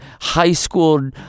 high-school